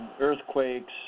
earthquakes